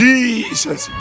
Jesus